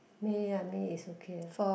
May ah May is okay